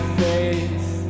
face